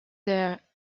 there